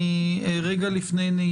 ברוכים השבים,